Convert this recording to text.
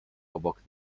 obok